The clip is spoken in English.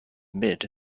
mid